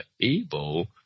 able